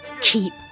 Keep